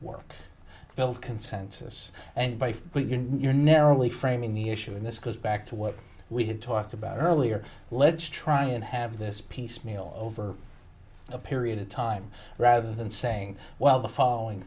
work build consensus and by your narrowly framing the issue in this goes back to what we had talked about earlier let's try and have this piecemeal over a period of time rather than saying well the following